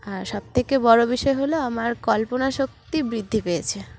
আর সবথেকে বড়ো বিষয় হলো আমার কল্পনা শক্তি বৃদ্ধি পেয়েছে